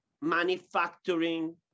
manufacturing